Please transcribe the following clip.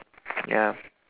ya